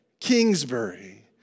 Kingsbury